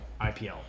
IPL